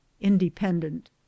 independent